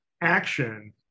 action